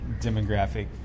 demographic